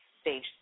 stage